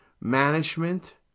management